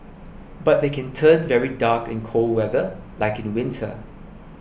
but they can turn very dark in cold weather like in winter